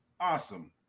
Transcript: Awesome